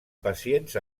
pacients